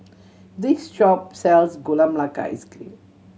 this shop sells Gula Melaka Ice Cream